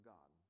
God